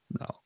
no